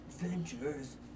Adventures